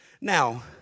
Now